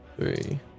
three